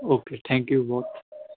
okay thank you ਬਹੁਤ